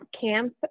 camp